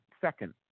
second